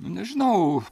nu nežinau